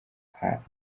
hafi